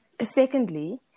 secondly